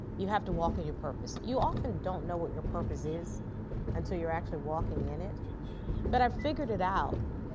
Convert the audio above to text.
you have to walk in your purpose. you often don't know what your purpose is until you're actually walking in it but i figured it out.